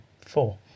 four